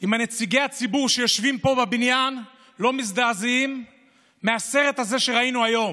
אם נציגי הציבור שיושבים פה בבניין לא מזדעזעים מהסרט הזה שראינו היום,